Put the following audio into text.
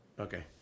Okay